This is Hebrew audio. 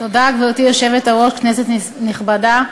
גברתי היושבת-ראש, תודה, כנסת נכבדה,